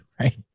right